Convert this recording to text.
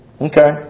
Okay